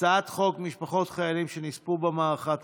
הצעת חוק משפחות חיילים שנספו במערכה.